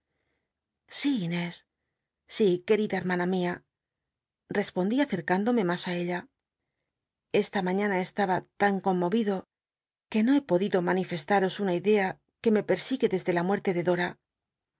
inés sí querida hel'mnna mia respondí acercündomc mas ü ella es la maiíana estaba tan conmoyido que no he podido man ifestaros una idea que me persigue desde la muerte de dora